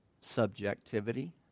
subjectivity